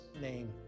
name